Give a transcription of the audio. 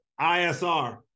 ISR